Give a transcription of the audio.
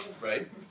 Right